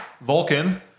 Vulcan